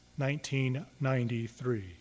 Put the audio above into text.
1993